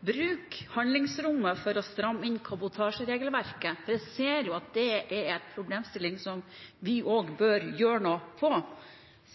bruke handlingsrommet for å stramme inn kabotasjeregelverket? For vi ser jo at det er en problemstilling som vi bør gjøre noe med.